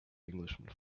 englishman